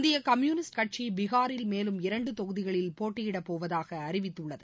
இந்திய கம்யூனிஸ்ட் கட்சி பீகாரில் மேலும் இரண்டு தொகுதிகளில் போட்டியிடப்போவதாக அறிவித்துள்ளது